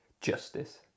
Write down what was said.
Justice